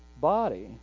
body